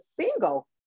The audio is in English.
single